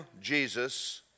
Jesus